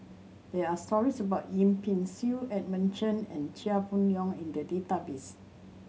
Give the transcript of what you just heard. there are stories about Yip Pin Xiu Edmund Chen and Chia Boon Leong in the database